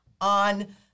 on